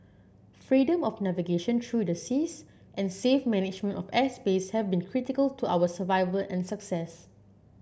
freedom of navigation through the seas and safe management of airspace have been critical to our survival and success